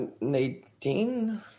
Nadine